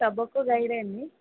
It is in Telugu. టొబాకో గైడ్ ఆ అండీ